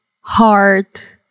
heart